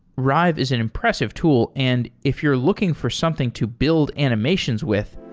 rive is an impressive tool. and if you're looking for something to build animations with,